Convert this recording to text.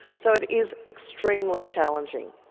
so it is extremely challenging.